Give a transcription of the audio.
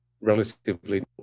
relatively